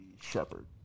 shepherd